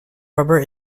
rubber